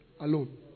alone